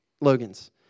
Logan's